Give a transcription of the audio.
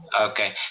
okay